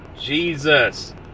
Jesus